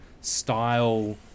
style